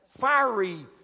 fiery